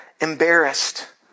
embarrassed